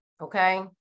okay